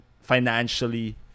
financially